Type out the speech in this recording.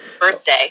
Birthday